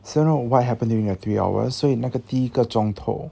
so you know what happened during the three hour 所以那个第一个钟头